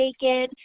bacon